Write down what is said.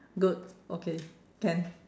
good okay can